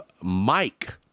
Mike